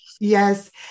yes